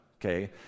okay